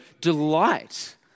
delight